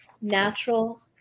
natural